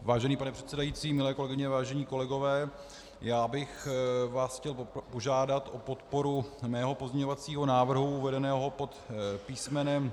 Vážený pane předsedající, milé kolegyně, vážení kolegové, já bych vás chtěl požádat o podporu mého pozměňovacího návrhu uvedeného pod písm.